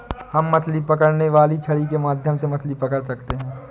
हम मछली पकड़ने वाली छड़ी के माध्यम से मछली पकड़ सकते हैं